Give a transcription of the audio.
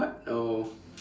what oh